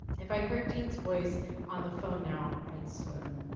if i heard dean's voice on the phone now i'd swoon.